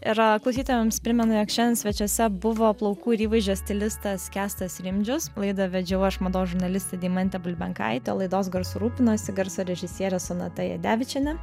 ir klausytojams primenu jog šiandien svečiuose buvo plaukų ir įvaizdžio stilistas kęstas rimdžius laidą vedžiau aš mados žurnalistė deimantė bulbenkaitė laidos garsu rūpinosi garso režisierė sonata jadevičienė